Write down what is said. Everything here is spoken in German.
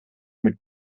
mit